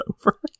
over